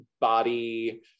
body